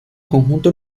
conjunto